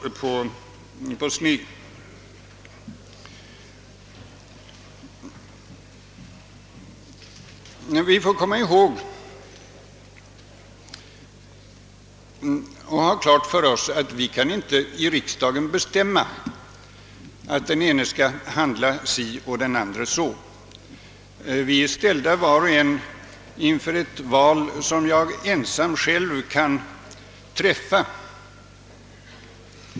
Vi får komma ihåg och ha klart för oss, att vi inte i riksdagen kan bestämma att den ene skall handla så och den andre så. Vi är alla ställda inför ett val som var och en ensam måste träffa.